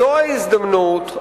זו ההזדמנות,